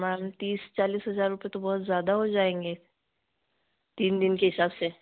ma'am तीस चालीस हज़ार रुपये तो बहुत ज़्यादा हो जाएँगे तीन दिन के हिसाब से